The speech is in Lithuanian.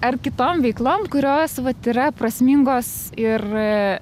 ar kitom veiklom kurios vat yra prasmingos ir